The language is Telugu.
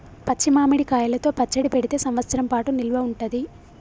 పచ్చి మామిడి కాయలతో పచ్చడి పెడితే సంవత్సరం పాటు నిల్వ ఉంటది